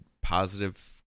positive